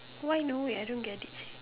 why no wait I don't get it